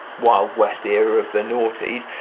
wild west era of the noughties.